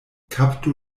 kaptu